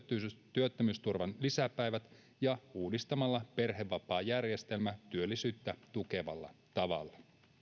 työttömyysturvan lisäpäivät ja uudistamalla perhevapaajärjestelmä työllisyyttä tukevalla tavalla